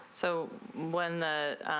so when the